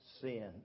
sin